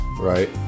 right